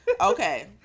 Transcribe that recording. Okay